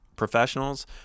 Professionals